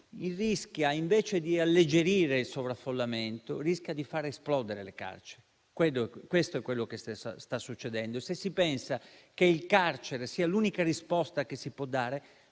rischia, invece di alleggerire il sovraffollamento, di far esplodere le carceri. Questo è quello che sta succedendo. Se si pensa che il carcere sia l'unica risposta che si può dare,